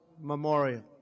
Memorial